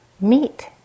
meet